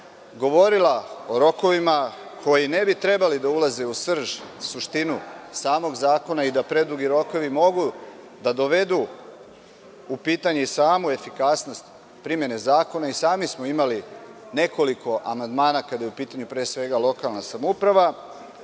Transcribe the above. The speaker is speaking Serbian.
govorila o rokovima koji ne bi trebalo da ulaze u srž, suštinu samog zakona i da predugi rokovi mogu da dovedu u pitanje i samu efikasnost primene zakona. I sami smo imali nekoliko amandmana, kada je u pitanju pre svega lokalna samouprava.